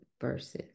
verses